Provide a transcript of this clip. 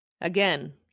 Again